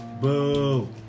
Boo